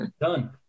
Done